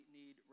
need